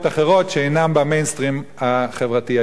שאינן ב"מיינסטרים" החברתי הישראלי.